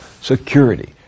Security